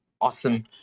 Awesome